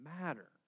matter